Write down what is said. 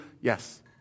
Yes